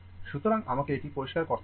সুতরাং আমাকে এটি পরিষ্কার করতে দিন